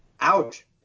Ouch